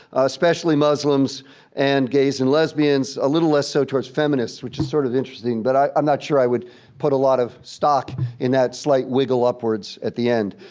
especially muslims and gays and lesbians, a little less so towards feminists. which is sort of interesting. but i'm not sure i would put a lot of stock in that slight wiggle upwards at the end.